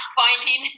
finding